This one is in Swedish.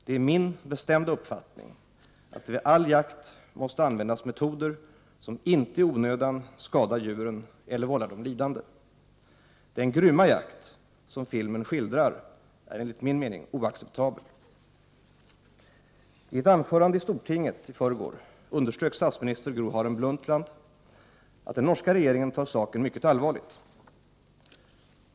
Det är min bestämda uppfattning att det vid all jakt måste användas metoder som inte i onödan skadar djuren eller vållar dem lidande. Den grymma jakt som filmen skildrar är enligt min mening oacceptabel. I ett anförande i Stortinget i förrgår underströk statsminister Gro Harlem Brundtland att den norska regeringen tar saken mycket allvarligt.